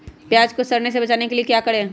प्याज को सड़ने से बचाने के लिए क्या करें?